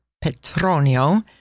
Petronio